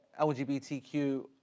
lgbtq